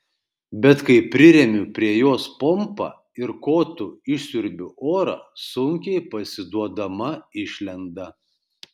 bet kai priremiu prie jos pompą ir kotu išsiurbiu orą sunkiai pasiduodama išlenda